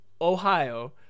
Ohio